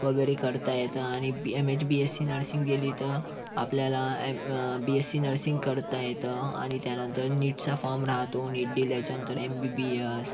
वगैरे करता येतं आणि एच बी एससी नर्सिंग केली तर आपल्याला बी एससी नर्सिंग करता येतं आणि त्यानंतर नीटचा फॉर्म राहतो नीट दिल्याच्यानंतर एम बी बी एस